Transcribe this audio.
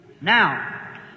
Now